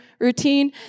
routine